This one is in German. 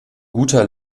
guter